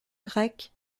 grec